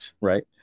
right